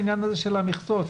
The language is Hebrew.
העניין של המכסות.